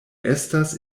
estas